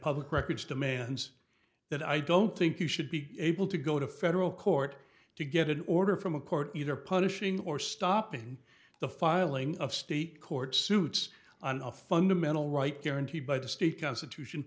public records demands that i don't think you should be able to go to federal court to get an order from a court either punishing or stopping the filing of state court suits on a fundamental right guaranteed by the state constitution